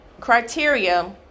criteria